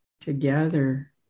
together